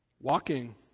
Walking